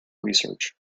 research